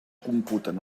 computen